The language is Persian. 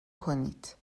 کنید